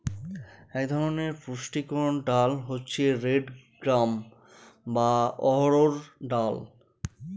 এক ধরনের পুষ্টিকর ডাল হচ্ছে রেড গ্রাম বা অড়হর ডাল